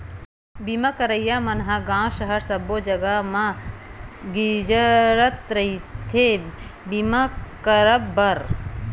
बीमा करइया मन ह गाँव सहर सब्बो जगा म गिंजरत रहिथे बीमा करब बर